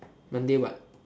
monday what